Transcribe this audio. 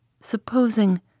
Supposing